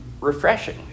refreshing